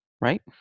right